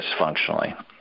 dysfunctionally